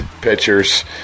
pitchers